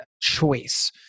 choice